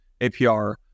APR